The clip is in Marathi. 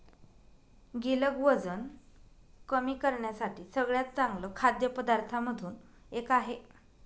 गिलक वजन कमी करण्यासाठी सगळ्यात चांगल्या खाद्य पदार्थांमधून एक आहे